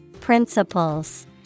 Principles